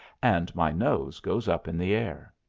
and my nose goes up in the air.